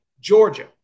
Georgia